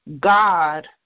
god